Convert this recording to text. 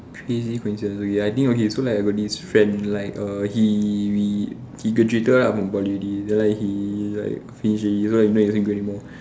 crazy coincidence okay so I think so like I got this friend like err he he he graduated lah from poly already then like he's like finish already so we not in same grade anymore